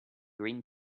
green